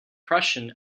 prussian